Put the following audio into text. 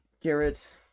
Garrett